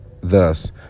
Thus